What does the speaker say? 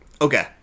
okay